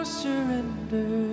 surrender